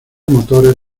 motores